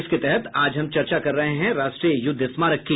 इसके तहत आज हम चर्चा कर रहे हैं राष्ट्रीय युद्ध स्मारक की